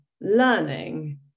learning